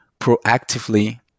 proactively